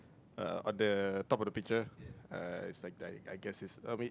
uh on the top of the picture uh is I I guess is uh I mean